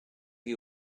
you